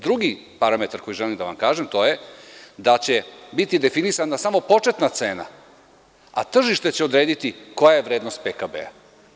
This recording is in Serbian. Drugi parametar koji želim da vam kažem, to je da će biti definisana samo početna cena, a tržište će odrediti koja je vrednost PKB-a.